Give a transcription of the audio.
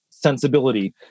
sensibility